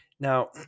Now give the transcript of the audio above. Now